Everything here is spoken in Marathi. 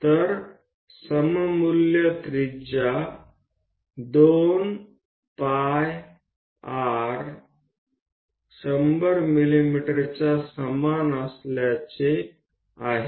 तर सममूल्य त्रिज्या 2 pi r 100 मिमी च्या समान असल्याचे आहे